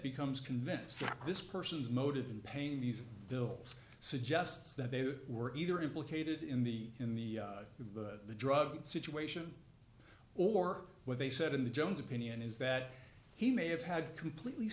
becomes convinced of this person's motives and pain these bills suggests that they were either implicated in the in the drug situation or what they said in the jones opinion is that he may have had completely